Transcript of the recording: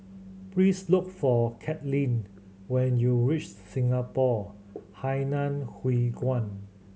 please look for Kathryn when you reach Singapore Hainan Hwee Kuan